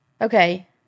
Okay